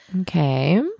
Okay